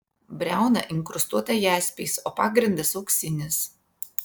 briauna inkrustuota jaspiais o pagrindas auksinis